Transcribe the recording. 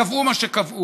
קבעו מה שקבעו.